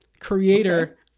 creator